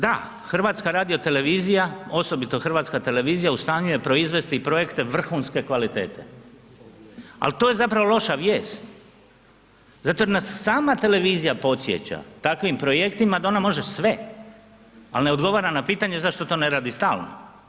Da, HRT, osobito Hrvatska televizija u stanju je proizvesti i projekte vrhunske kvalitete, al to je zapravo loša vijest zato jer nas sama televizija podsjeća takvim projektima da ona može sve, al ne odgovara na pitanje zašto to ne radi stalno.